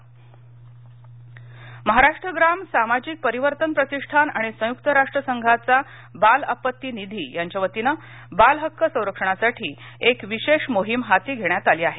बाल हक्कसंरक्षण मोहीम महाराष्ट्र ग्राम सामाजिक परिवर्तन प्रतिष्ठान आणि संयुक्त राष्ट्र राष्ट्रांचा बाल आपत्ती निधी यांच्या वतीने बाल हक्क संरक्षणासाठी एक विशेष मोहीम हाती घेण्यात आली आहे